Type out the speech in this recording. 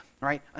right